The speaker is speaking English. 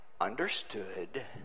understood